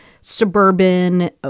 suburban